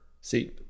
See